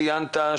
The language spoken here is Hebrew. תשובה.